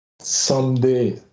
someday